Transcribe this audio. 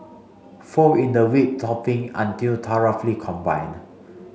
fold in the whipped topping until thoroughly combined